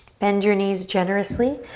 bend your knees generously.